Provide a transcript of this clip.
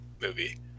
movie